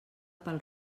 pel